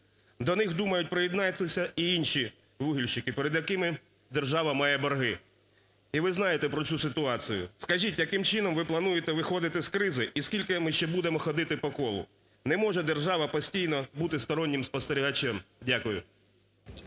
До них думають приєднаються й інші вугільщики, перед якими держава має борги. І ви знаєте про цю ситуацію. Скажіть, яким чином ви плануєте виходити з кризи і скільки ми ще будемо ходити по колу? Не може держава постійно бути стороннім спостерігачем. Дякую.